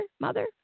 Mother